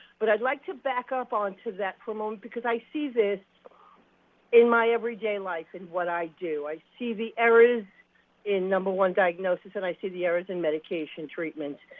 but i would like to back up on to that for a moment because i see this in my everyday life in what i do. i see the errors in, number one, diagnosis, and i see the errors in medication treatment.